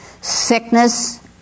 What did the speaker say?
sickness